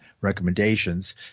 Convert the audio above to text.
recommendations